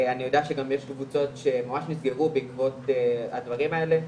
אני יודע שגם יש קבוצות שממש נסגרו בעקבות הדברים האלה,